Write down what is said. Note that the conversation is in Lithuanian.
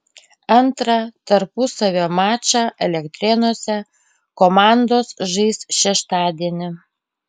antrą tarpusavio mačą elektrėnuose komandos žais šeštadienį